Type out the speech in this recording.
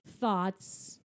thoughts